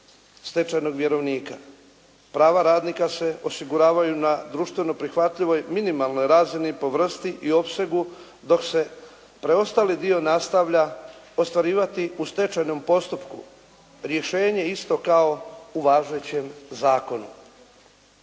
stečajnog vjerovnika, prava radnika se osiguravaju na društveno prihvatljivoj minimalnoj razini po vrsti i opsegu dok se preostali dio nastavlja ostvarivati u stečajnom postupku, rješenje je isto kao u važećem zakonu.